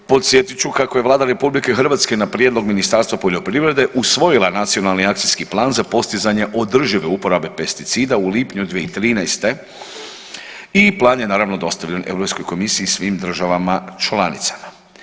Podsjetit ću kako je Vlada RH na prijedlog Ministarstva poljoprivrede usvojila Nacionalni akcijski plan za postizanje održive uporabe pesticida u lipnju 2013. i plan je naravno dostavljen Europskoj komisiji i svim državama članicama.